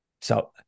So-